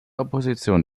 opposition